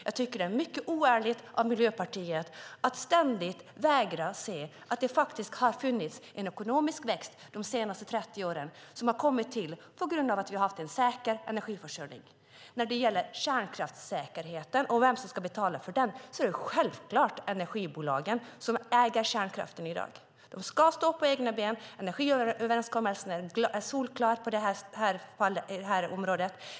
Jag tycker att det är mycket oärligt av Miljöpartiet att ständigt vägra att se att det har funnits en ekonomisk tillväxt de senaste 30 åren som har kommit till på grund av att vi har haft en säker energiförsörjning. Det är självfallet energibolagen som äger kärnkraften som ska betala för kärnkraftssäkerheten. De ska stå på egna ben. Energiöverenskommelsen är solklar på det här området.